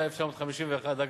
תשי"א 1951,